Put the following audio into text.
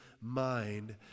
mind